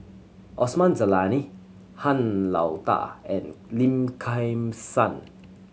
Osman Zailani Han Lao Da and Lim Kim San